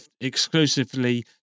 exclusively